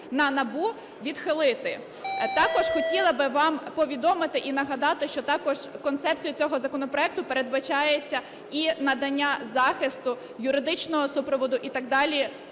на НАБУ, відхилити. Також хотіла би вам повідомити і нагадати, що також концепцією цього законопроекту передбачається і надання захисту, юридичного супроводу і так далі